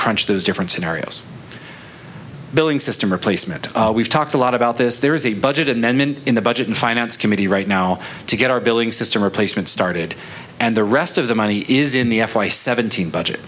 crunch those different scenarios billing system replacement we've talked a lot about this there is a budget amendment in the budget and finance committee right now to get our billing system replacement started and the rest of the money is in the f y seventeen budget